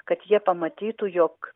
kad jie pamatytų jog